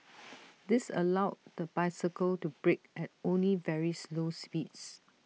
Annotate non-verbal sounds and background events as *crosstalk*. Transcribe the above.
*noise* this allowed the bicycle to brake at only very slow speeds